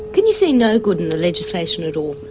can you see no good in the legislation at all?